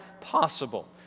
possible